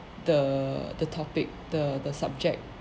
the the topic the the subject